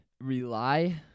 rely